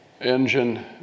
engine